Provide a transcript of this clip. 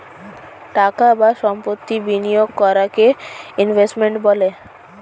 টাকা বা সম্পত্তি বিনিয়োগ করাকে ইনভেস্টমেন্ট বলে